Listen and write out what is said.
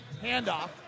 Handoff